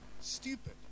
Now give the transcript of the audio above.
Stupid